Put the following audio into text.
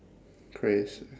crey's